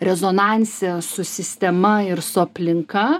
rezonanse su sistema ir su aplinka